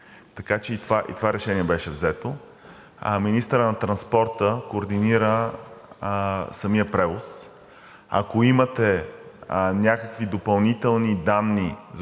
така че и това решение беше взето. Министърът на транспорта координира самия превоз. Ако имате някакви допълнителни данни